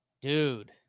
Dude